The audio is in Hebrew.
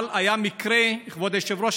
אבל כבוד היושב-ראש,